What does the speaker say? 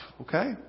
okay